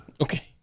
Okay